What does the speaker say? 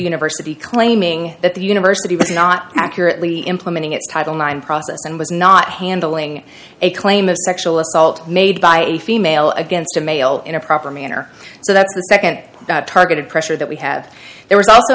university claiming that the university was not accurately implementing its title nine process and was not handling a claim of sexual assault made by a female against a male in a proper manner so that the nd that targeted pressure that we have there was also